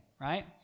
right